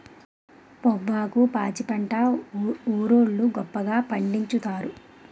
పొవ్వాకు పాచిపెంట ఊరోళ్లు గొప్పగా పండిచ్చుతారు